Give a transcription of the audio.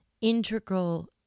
integral